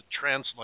translate